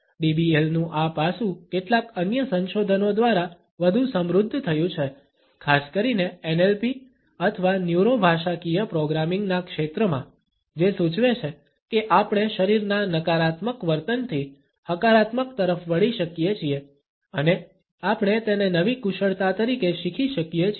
DBLનું આ પાસું કેટલાક અન્ય સંશોધનો દ્વારા વધુ સમૃદ્ધ થયું છે ખાસ કરીને NLP અથવા ન્યુરો ભાષાકીય પ્રોગ્રામિંગ ના ક્ષેત્રમાં જે સૂચવે છે કે આપણે શરીરના નકારાત્મક વર્તનથી હકારાત્મક તરફ વળી શકીએ છીએ અને આપણે તેને નવી કુશળતા તરીકે શીખી શકીએ છીએ